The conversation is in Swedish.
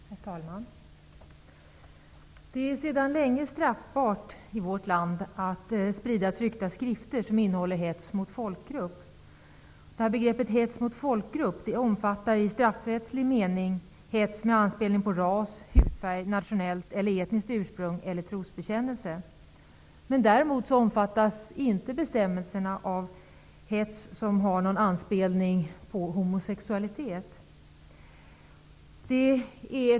Herr talman! Det är sedan länge straffbart i vårt land att sprida tryckta skrifter som innehåller hets mot folkgrupp. Begreppet hets mot folkgrupp omfattar i straffrättslig mening hets med anspelning på ras, hudfärg, nationellt eller etniskt ursprung eller trosbekännelse. Däremot omfattas inte hets som har någon anspelning på homosexualitet.